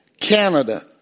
Canada